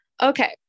Okay